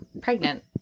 pregnant